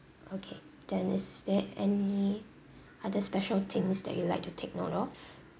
okay then is there any other special things that you would like to take note of